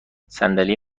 صندلی